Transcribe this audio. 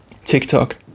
TikTok